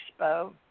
Expo